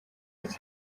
гэж